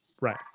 Right